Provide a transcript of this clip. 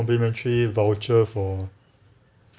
complementary voucher for